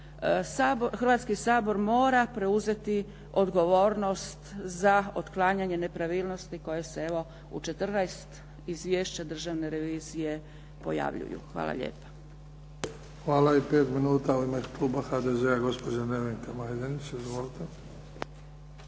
Hrvatski sabor mora preuzeti odgovornost za otklanjanje nepravilnosti koje se evo u 14 izvješća Državne revizije pojavljuju. Hvala lijepa. **Bebić, Luka (HDZ)** Hvala. I 5 minuta ima u ime kluba HDZ-a gospođa Nevenka Majdenić. Izvolite.